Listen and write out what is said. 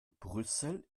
brüssel